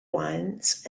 wines